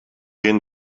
gehen